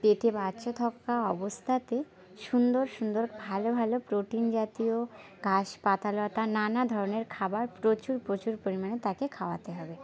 পেটে বাচ্চা থাকা অবস্থাতে সুন্দর সুন্দর ভালো ভালো প্রোটিন জাতীয় ঘাস পাতালতা নানা ধরনের খাবার প্রচুর প্রচুর পরিমাণে তাকে খাওয়াতে হবে